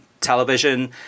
television